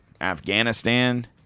Afghanistan